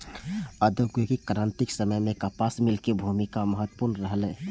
औद्योगिक क्रांतिक समय मे कपास मिल के भूमिका महत्वपूर्ण रहलै